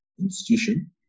institution